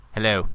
Hello